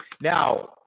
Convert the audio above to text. now